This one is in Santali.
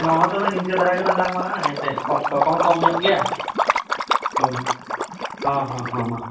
ᱢᱟ ᱛᱚᱵᱮ ᱱᱤᱝᱠᱟᱹ ᱫᱷᱟᱨᱟᱜᱮᱞᱟᱝ ᱜᱟᱞᱢᱟᱨᱟᱜᱼᱟ ᱦᱮᱸ ᱥᱮ ᱚᱠᱛᱚᱠᱚᱦᱚᱸ ᱠᱚᱢᱧᱚᱜ ᱜᱮᱭᱟ ᱦᱮᱸ ᱦᱮᱸ ᱦᱮᱸ ᱢᱟ